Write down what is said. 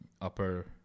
upper